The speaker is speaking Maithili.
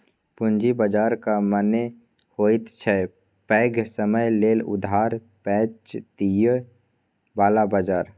पूंजी बाजारक मने होइत छै पैघ समय लेल उधार पैंच दिअ बला बजार